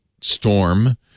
storm